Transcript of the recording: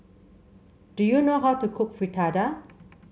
do you know how to cook Fritada